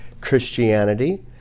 Christianity